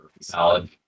salad